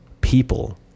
people